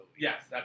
Yes